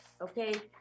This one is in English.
okay